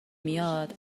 میاد